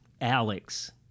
Alex